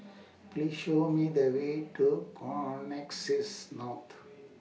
Please Show Me The Way to Connexis naught